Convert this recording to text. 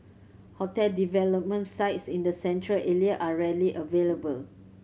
hotel development sites in the Central Area are rarely available